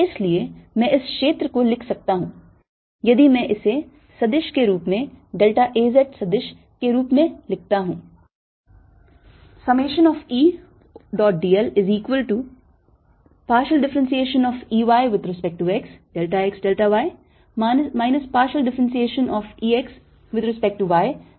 इसलिए मैं इस क्षेत्र को लिख सकता हूं यदि मैं इसे सदिश के रूप में delta A z सदिश के रूप में लिखता हूं